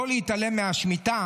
לא להתעלם מהשמיטה,